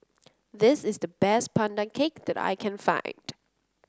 this is the best Pandan Cake that I can find